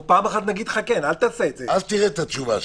אז תראה את התשובה שלי.